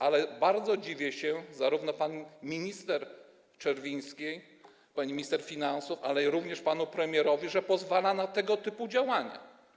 Ale bardzo dziwię się zarówno pani minister Czerwińskiej, pani minister finansów, jak i panu premierowi, że pozwalają na tego typu działania.